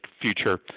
future